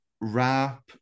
rap